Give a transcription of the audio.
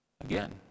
Again